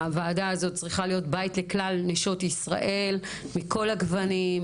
שהוועדה הזאת צריכה להיות בית לכלל לנשות ישראל - בכל הגוונים,